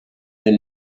nel